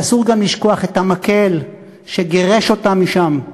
ואסור גם לשכוח את המקל שגירש אותם משם.